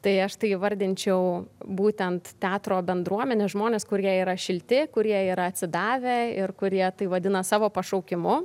tai aš tai įvardinčiau būtent teatro bendruomenę žmones kurie yra šilti kurie yra atsidavę ir kurie tai vadina savo pašaukimu